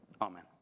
Amen